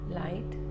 light